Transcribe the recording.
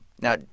Now –